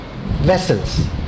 vessels